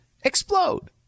explode